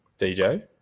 dj